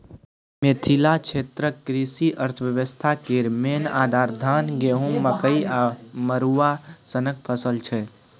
मिथिला क्षेत्रक कृषि अर्थबेबस्था केर मेन आधार, धान, गहुँम, मकइ आ मरुआ सनक फसल छै